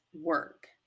work